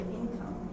income